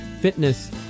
fitness